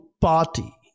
party